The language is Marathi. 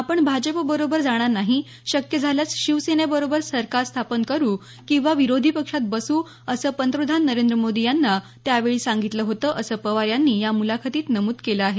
आपण भाजपबरोबर जाणार नाही शक्य झाल्यास शिवसेनेबरोबर सरकार स्थापन करू किंवा विरोधी पक्षात बसू असं पंतप्रधान नरेंद्र मोदी यांना त्यावेळी सांगितलं होतं असं पवार यांनी या मुलाखतीत नमूद केलं आहे